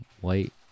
white